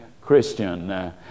Christian